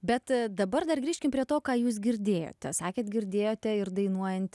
bet dabar dar grįžkim prie to ką jūs girdėjote sakėt girdėjote ir dainuojant